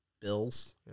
Bills